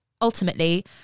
ultimately